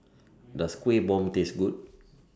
Does Kueh Bom Taste Good